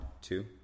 two